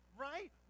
right